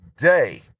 day